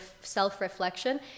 self-reflection